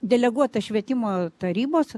deleguota švietimo tarybos